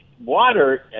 water